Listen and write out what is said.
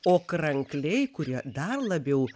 o krankliai kurie dar labiau